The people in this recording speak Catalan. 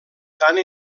tant